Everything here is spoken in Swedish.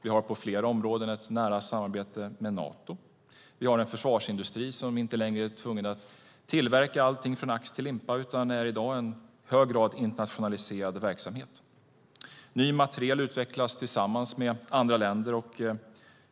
Vi har på flera områden ett samarbete med Nato, och vi har en försvarsindustri som inte längre är tvungen att tillverka allting från ax till limpa, utan den är i dag en i hög grad internationaliserad verksamhet. Ny materiel utvecklas tillsammans med andra länder.